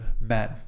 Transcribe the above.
men